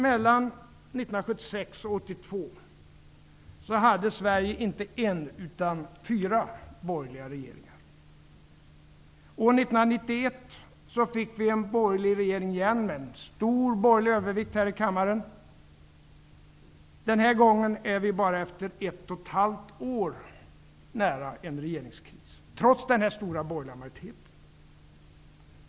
Mellan 1976 och 1982 hade Sverige inte en utan fyra borgerliga regeringar. År 1991 fick vi en borgerlig regering igen men en stor borgerlig övervikt i riksdagen. Den här gången är vi efter bara ett och ett halvt år nära en regeringskris, trots den stora borgerliga majoriteten.